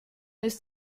ist